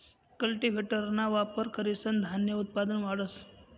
कल्टीव्हेटरना वापर करीसन धान्य उत्पादन वाढस